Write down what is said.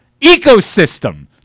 ecosystem